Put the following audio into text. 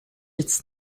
its